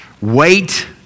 wait